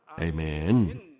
Amen